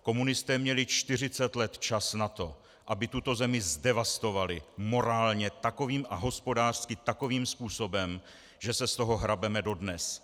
Komunisté měli čtyřicet let čas na to, aby tuto zemi zdevastovali morálně a hospodářsky takovým způsobem, že se z toho hrabeme dodnes.